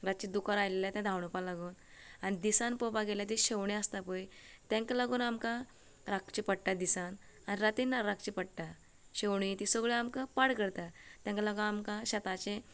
रातचे दुकोर आयल्ले ते धांवडपा लागून आनी दिसान पळोवपा गेल्यार ती शेवणीं आसता पळय तेंकां लागून आमकां राखचे पडटा दिसांन आनी रातीना राखचे पडटा शेवणीं ती सगळे आमकां पाड करताय तेका लागू आमकां शेताचे